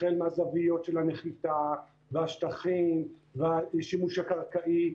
החל מהזוויות של החיתה והשטחים, והשימוש הקרקעי.